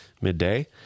midday